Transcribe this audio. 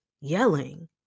yelling